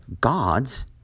gods